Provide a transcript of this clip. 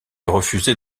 refusée